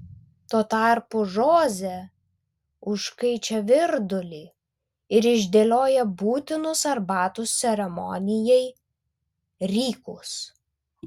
tuo tarpu žoze užkaičia virdulį ir išdėlioja būtinus arbatos ceremonijai rykus